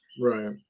Right